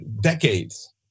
decades